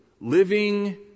living